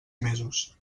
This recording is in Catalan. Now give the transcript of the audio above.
mesos